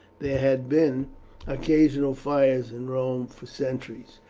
there had been occasional fires in rome for centuries,